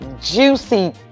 juicy